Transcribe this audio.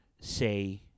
say